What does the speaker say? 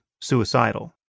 suicidal